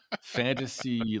fantasy